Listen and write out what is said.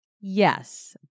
yes